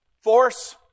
Force